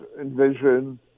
envision